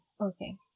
okay